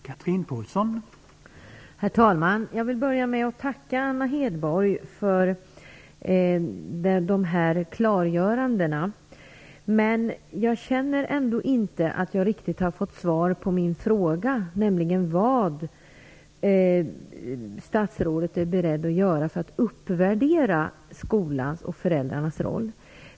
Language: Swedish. Herr talman! Jag vill börja med att tacka Anna Hedborg för dessa klargöranden. Men jag känner ändå inte att jag riktigt har fått svar på min fråga, nämligen vad statsrådet är beredd att göra för att uppvärdera skolans och föräldrarnas roll.